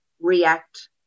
react